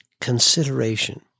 consideration